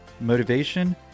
motivation